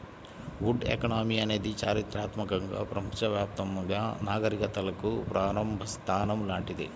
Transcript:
would economy అనేది చారిత్రాత్మకంగా ప్రపంచవ్యాప్తంగా నాగరికతలకు ప్రారంభ స్థానం లాంటిది